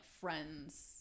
friends